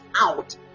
out